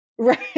Right